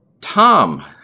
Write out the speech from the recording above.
Tom